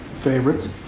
favorites